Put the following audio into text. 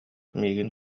миигин